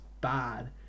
bad